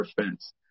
fence